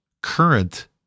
current